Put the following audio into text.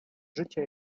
życia